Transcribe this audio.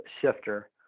shifter